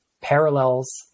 parallels